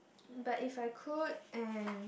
but if I could and